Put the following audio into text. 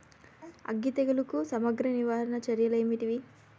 అగ్గి తెగులుకు సమగ్ర నివారణ చర్యలు ఏంటివి?